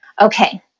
okay